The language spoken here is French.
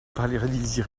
paralysie